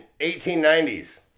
1890s